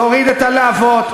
תוריד את הלהבות,